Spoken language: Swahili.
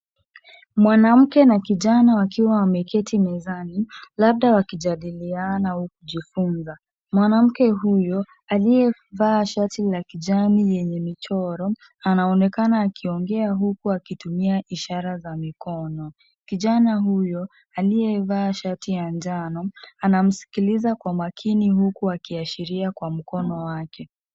Mwanamke na kijana wakiwa wameketi mezani, labda wakijadiliana au kujifunza. Mwanamke huyo, aliyevaa shati la kijani yenye michoro, anaonekana akiongea huku akitumia ishara za mikono. Kijana huyo, aliyevaa shati ya njano, anamsikiliza kwa makini huku akiashiria kwa mkono wake.